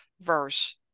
verse